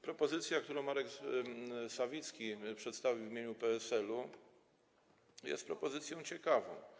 Propozycja, którą Marek Sawicki przedstawił w imieniu PSL-u, jest propozycją ciekawą.